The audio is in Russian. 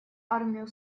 армию